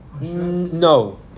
No